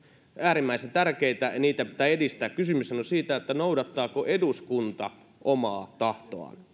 äärimmäisen tärkeitä ja niitä pitää edistää kysymyshän on siitä noudattaako eduskunta omaa tahtoaan siitä